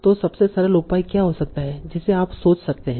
तो सबसे सरल उपाय क्या हो सकता है जिसे आप सोच सकते हैं